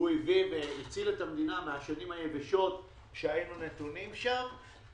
והציל את המדינה מהשנים היבשות שהיינו נתונים שם.